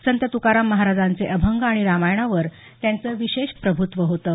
संत तुकाराम महाराजांचे अभंग आणि रामायणावर त्यांचं विशेष प्रभुत्व होतं